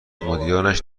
مدیرانش